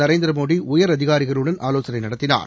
நரேந்திரமோடி உயர் அதிகாரிகளுடன் ஆலோசனை நடத்தினார்